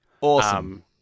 Awesome